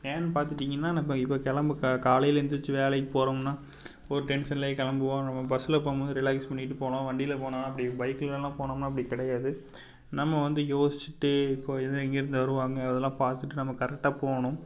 ஏன்னு பார்த்துட்டீங்கன்னா நம்ப இப்போ கிளம்பு காலையில எந்திரிச்சு வேலைக்கு போறம்னா இப்போ ஒரு டென்ஷன்லையே கிளம்புவோம் நம்ம பஸ்ஸில் போம்போது ரிலேக்ஸ் பண்ணிவிட்டு போகலாம் வண்டியில போனா அப்படி பைக்லல்லாம் போனம்னா அப்படி கிடையாது நம்ம வந்து யோசிச்சிகிட்டு இப்போ எல்லா எங்கேருந்து வருவாங்க அதல்லாம் பார்த்துட்டு நம்ம கரெக்டாக போகணும்